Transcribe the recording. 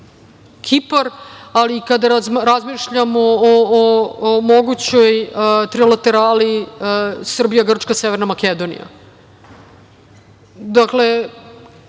Kipar, ali i kada razmišljamo o mogućoj trilaterali Srbija, Grčka, Severna Makedonija. Dakle,